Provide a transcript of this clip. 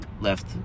left